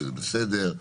שזה בסדר,